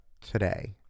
today